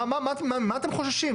ממה אתם חוששים?